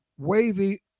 wavy